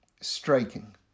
striking